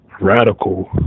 radical